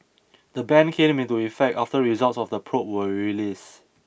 the ban came into effect after results of the probe were released